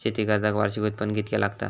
शेती कर्जाक वार्षिक उत्पन्न कितक्या लागता?